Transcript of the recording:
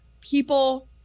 people